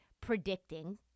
predicting